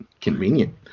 convenient